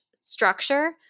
structure